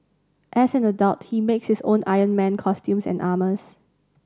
as an adult he makes his own Iron Man costumes and armours